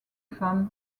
femmes